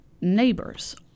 neighbors